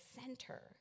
center